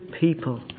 people